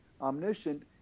omniscient